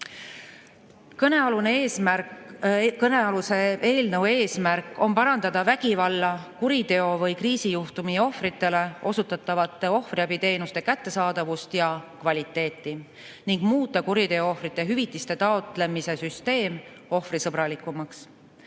Kõnealuse eelnõu eesmärk on parandada vägivalla, kuriteo või kriisijuhtumi ohvritele osutatavate ohvriabiteenuste kättesaadavust ja kvaliteeti ning muuta kuriteoohvrite hüvitiste taotlemise süsteem ohvrisõbralikumaks.